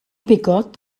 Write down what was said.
picot